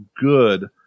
good